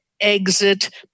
exit